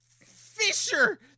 fisher